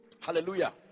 hallelujah